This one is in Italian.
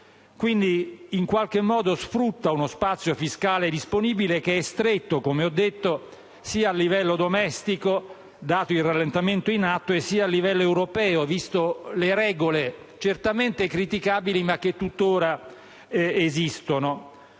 Quindi, in qualche modo sfrutta uno spazio fiscale disponibile che è stretto, come ho detto, sia a livello domestico, dato il rallentamento in atto, sia a livello europeo, viste le regole certamente criticabili, ma che tutt'ora esistono.